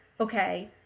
okay